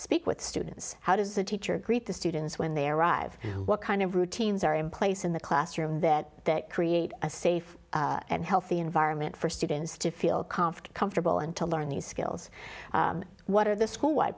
speak with students how does the teacher greet the students when they arrive what kind of routines are in place in the classroom that that create a safe and healthy environment for students to feel confident comfortable and to learn these skills what are the school wh